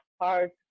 heart